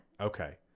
Okay